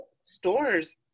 stores